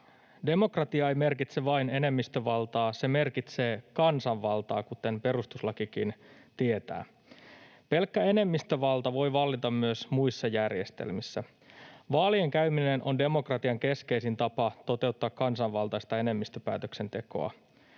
Demokratia ei merkitse vain enemmistövaltaa. Se merkitsee kansanvaltaa, kuten perustuslakikin tietää. Pelkkä enemmistövalta voi vallita myös muissa järjestelmissä. Vaalien käyminen on demokratian keskeisin tapa toteuttaa kansanvaltaista enemmistöpäätöksentekoa.